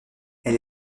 elle